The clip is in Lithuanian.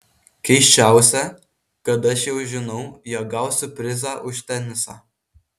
keisčiausia kad aš jau žinau jog gausiu prizą už tenisą